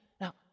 Now